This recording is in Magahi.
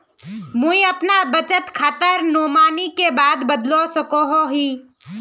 मुई अपना बचत खातार नोमानी बाद के बदलवा सकोहो ही?